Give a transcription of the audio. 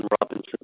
Robinson